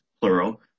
plural